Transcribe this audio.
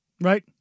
Right